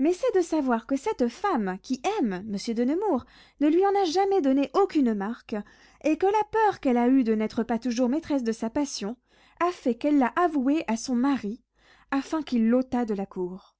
mais c'est de savoir que cette femme qui aime monsieur de nemours ne lui en a jamais donné aucune marque et que la peur qu'elle a eue de n'être pas toujours maîtresse de sa passion a fait qu'elle l'a avouée à son mari afin qu'il l'ôtât de la cour